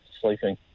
sleeping